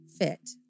fit